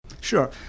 Sure